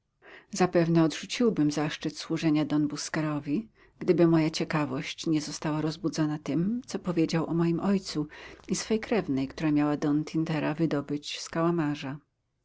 zapewne odrzuciłbym zaszczyt służenia don busquerowi gdyby moja ciekawość nie została rozbudzona tym co powiedział o moim ojcu i swej krewnej która miała don tintera wydobyć z kałamarza